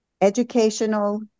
educational